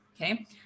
okay